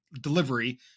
delivery